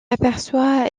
aperçoit